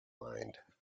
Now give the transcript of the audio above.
mind